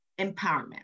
empowerment